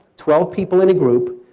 twelve people in the group,